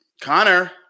Connor